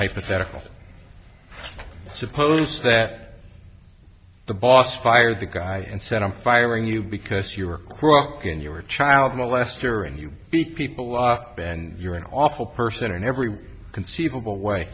hypothetical suppose that the boss fired the guy and said i'm firing you because you're in your child molester and you beat people up and you're an awful person in every conceivable way